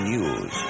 News